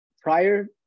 prior